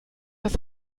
das